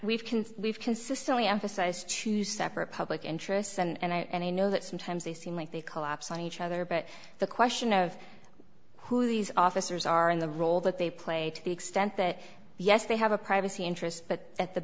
we've can we've consistently emphasize two separate public interests and i know that sometimes they seem like they collapse on each other but the question of who these officers are in the role that they play to the extent that yes they have a privacy interest but at the